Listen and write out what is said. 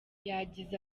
yagize